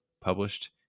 published